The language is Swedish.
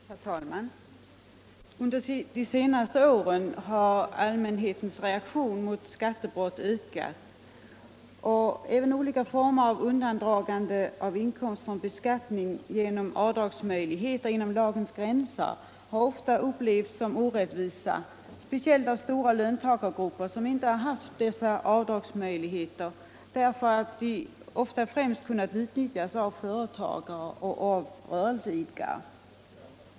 Herr talman! Under de senaste åren har allmänhetens reaktion mot skattebrott ökat. Även olika former av undandragande av inkomst från beskattning genom avdragsmöjligheter inom lagens gränser har ofta upp — Nr 46 levts som orättvisa, speciellt av stora löntagargrupper som inte har haft Lördagen den dessa avdragsmöjligheter. De har ju främst kunnat utnyttjas av företagare 13 december 1975 och rörelseidkare.